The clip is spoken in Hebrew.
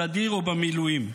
בסדיר או במילואים.